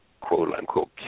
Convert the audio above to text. quote-unquote